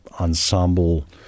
ensemble